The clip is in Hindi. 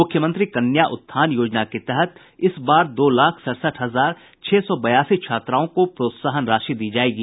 मुख्यमंत्री कन्या उत्थान योजना के तहत इस बार दो लाख सड़सठ हजार छह सौ बयासी छात्राओं को प्रोत्साहन राशि दी जायेगी